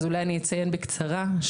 אולי אני אציין בקצרה.